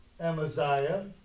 Amaziah